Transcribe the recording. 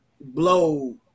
blow